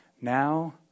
now